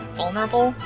vulnerable